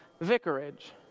vicarage